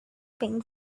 pain